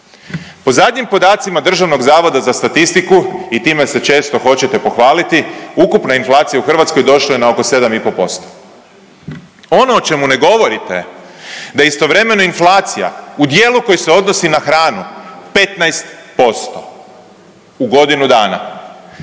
Po zadnjim podacima DZS i time se često hoćete pohvaliti ukupna inflacija u Hrvatskoj došla je na oko 7,5%. Ono o čemu ne govorite da je istovremeno inflacija u dijelu koji se odnosi na hranu 15% u godinu dana,